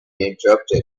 interrupted